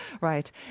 Right